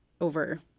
over